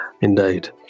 Indeed